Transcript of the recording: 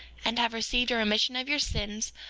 and have received a remission of your sins,